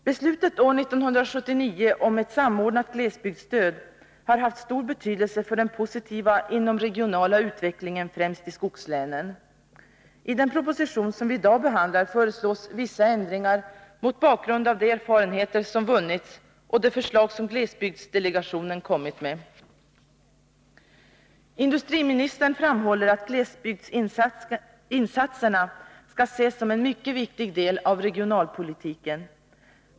Beslutet år 1979 om ett samordnat glesbygdsstöd har haft stor betydelse för den positiva inomregionala utvecklingen, främst i skogslänen. I den proposition som vi i dag behandlar föreslås vissa ändringar mot bakgrund av de erfarenheter som vunnits och de förslag som glesbygdsdelegationen har lagt fram. Industriministern framhåller att glesbygdsinsatserna skall ses som en mycket viktig del av regionalpolitiken.